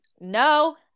no